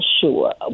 sure